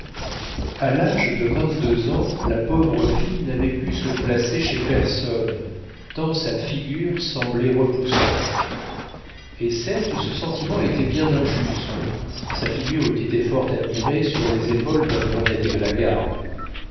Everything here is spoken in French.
a l'âge de vingt-deux ans la pauvre fille n'avait pu se placer chez personne tant sa figure semblait repoussante et certes ce sentiment était bien injuste sa figure eût été fort admirée sur les épaules d'un grenadier de la garde